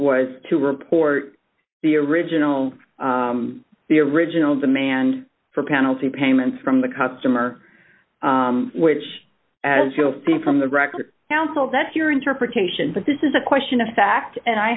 was to report the original the original demand for penalty payments from the customer which as you'll see from the record counsel that's your interpretation but this is a question of fact and i